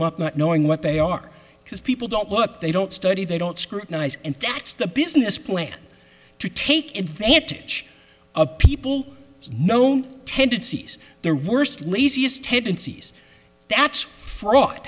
month knowing what they are because people don't look they don't study they don't scrutinize and that's the business plan to take advantage of people known tendencies their worst laziness tendencies that's fraud